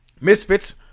Misfits